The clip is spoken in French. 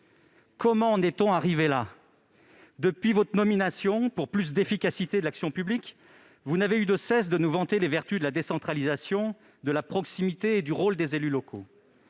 Comment en est-on arrivé là ? Depuis votre nomination, pour plus d'efficacité de l'action publique, vous n'avez eu de cesse de nous vanter les vertus de la décentralisation ... Ce n'est pas Wauquiez qui va